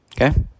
Okay